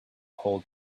hold